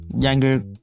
younger